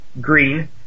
Green